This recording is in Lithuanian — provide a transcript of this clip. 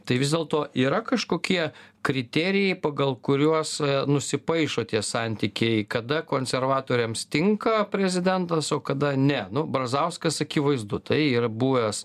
tai vis dėlto yra kažkokie kriterijai pagal kuriuos nusipaišo tie santykiai kada konservatoriams tinka prezidentas o kada ne nu brazauskas akivaizdu tai yra buvęs